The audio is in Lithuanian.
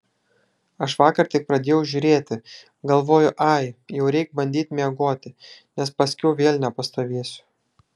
aš vakar tik pradėjau žiūrėti galvoju ai jau reik bandyti miegoti nes paskiau vėl nepastovėsiu